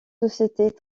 sociétés